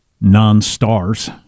non-stars